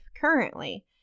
currently